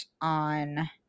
on